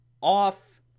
off